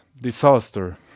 disaster